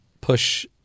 push